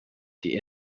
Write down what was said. the